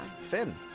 Finn